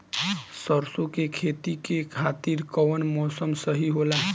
सरसो के खेती के खातिर कवन मौसम सही होला?